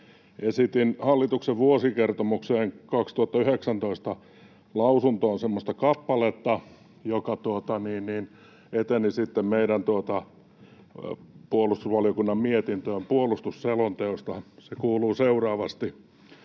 Esitin hallituksen vuosikertomuksen 2019 lausuntoon semmoista kappaletta, joka eteni sitten meidän puolustusvaliokunnan mietintöön puolustusselonteosta. Se kuuluu seuraavasti: